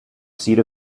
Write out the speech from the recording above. seat